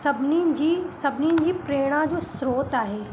सभिनीनि जी सभिनीनि जी प्रेरणा जो स्रोत आहे